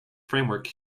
framework